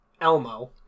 Elmo